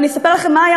ואני אספר לכם מה היה